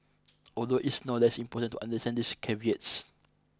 although it's no less important to understand these caveats